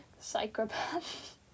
psychopath